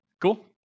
Cool